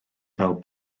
fel